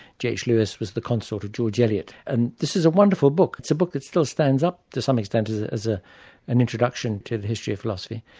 g. h. lewes was the consort of george eliot, and this is a wonderful book, it's a book that still stands up, to some extent, as ah an introduction to the history of philosophy,